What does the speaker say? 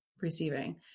receiving